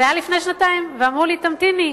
זה היה לפני שנתיים, ואמרו לי: תמתיני.